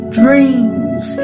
dreams